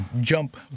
jump